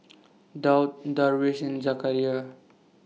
Daud Darwish and Zakaria